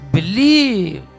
Believe